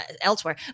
elsewhere